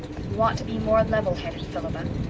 you ought to be more levelheaded, philippa.